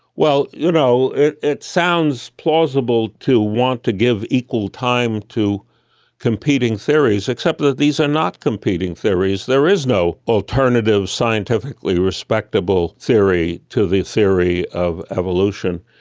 well, you know it it sounds plausible to want to give equal time to competing theories, except that these are not competing theories, there is no alternative scientifically respectable theory to the theory of evolution.